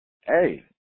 hey